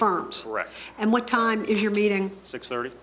firms and what time is your meeting six thirty